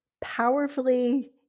powerfully